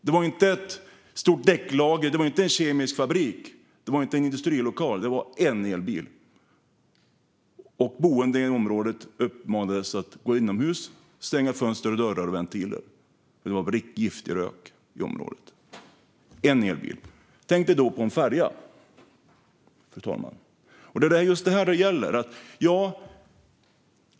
Det var inte ett stort däcklager, en kemisk fabrik eller en industrilokal, utan det var en elbil. Boende i området uppmanades att gå inomhus och stänga fönster, dörrar och ventiler på grund av giftig rök i området. Den kom från en enda elbil. Tänk dig då detta på en färja, fru talman! Det är just detta det gäller.